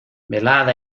velada